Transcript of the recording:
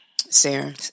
Sarah